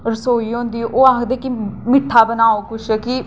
रसोई होंदी ओह् आखदे कि मिट्ठा बनाओ किश कि